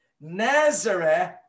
Nazareth